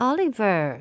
Oliver